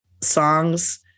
songs